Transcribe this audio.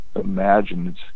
imagine